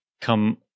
come